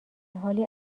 حالی